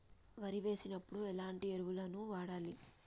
వరి వేసినప్పుడు ఎలాంటి ఎరువులను వాడాలి?